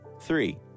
three